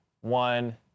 one